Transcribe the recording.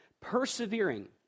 Persevering